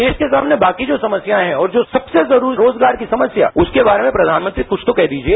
देश के सामने बाकी जो समस्याएं है और जो सबसे जरूरी रोजगार की समस्या है उसके बारे में प्रचानमंत्री कृष्ठ तो कह दीजिए